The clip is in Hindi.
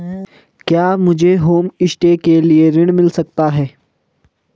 क्या मुझे होमस्टे के लिए ऋण मिल सकता है?